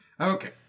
Okay